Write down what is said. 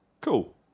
Cool